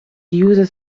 uses